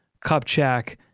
Kupchak